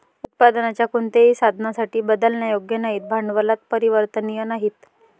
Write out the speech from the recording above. उत्पादनाच्या कोणत्याही साधनासाठी बदलण्यायोग्य नाहीत, भांडवलात परिवर्तनीय नाहीत